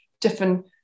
different